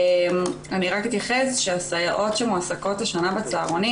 אני רק אתייחס לכך שהסייעות שמועסקות השנה בצהרונים,